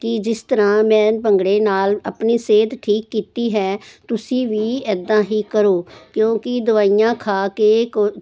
ਕਿ ਜਿਸ ਤਰ੍ਹਾਂ ਮੈਂ ਭੰਗੜੇ ਨਾਲ ਆਪਣੀ ਸਿਹਤ ਠੀਕ ਕੀਤੀ ਹੈ ਤੁਸੀਂ ਵੀ ਇਦਾਂ ਹੀ ਕਰੋ ਕਿਉਂਕਿ ਦਵਾਈਆਂ ਖਾ ਕੇ